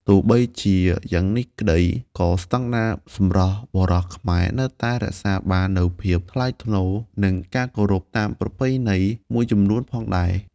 ទោះបីជាយ៉ាងនេះក្តី ក៏ស្តង់ដារសម្រស់បុរសខ្មែរនៅតែរក្សាបាននូវភាពថ្លៃថ្នូរ និងការគោរពតាមប្រពៃណីមួយចំនួនផងដែរ។